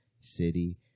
City